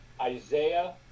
Isaiah